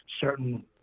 certain